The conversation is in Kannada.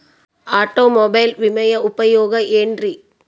ಆಟೋಮೊಬೈಲ್ ವಿಮೆಯ ಉಪಯೋಗ ಏನ್ರೀ?